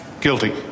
Guilty